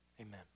Amen